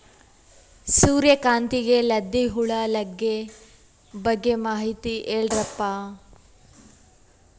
ಸೂರ್ಯಕಾಂತಿಗೆ ಲದ್ದಿ ಹುಳ ಲಗ್ಗೆ ಬಗ್ಗೆ ಮಾಹಿತಿ ಹೇಳರಪ್ಪ?